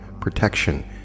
protection